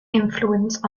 influence